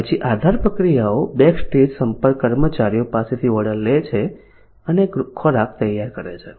પછી આધાર પ્રક્રિયાઓ બેકસ્ટેજ સંપર્ક કર્મચારીઓ પાસેથી ઓર્ડર લે છે અને ખોરાક તૈયાર કરે છે